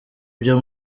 byo